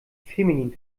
feminin